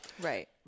right